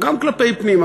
גם כלפי פנים,